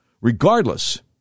regardless